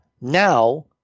Now